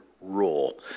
rule